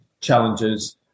challenges